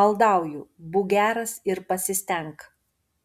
maldauju būk geras ir pasistenk